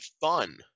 fun